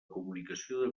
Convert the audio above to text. comunicació